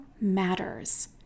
matters